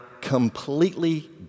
completely